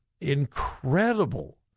incredible